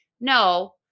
no